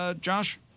Josh